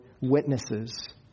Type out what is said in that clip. witnesses